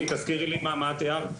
חברת הכנסת מואטי, תזכירי לי מה את הערת?